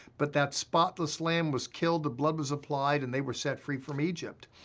but that spotless lamb was killed. the blood was applied, and they were set free from egypt.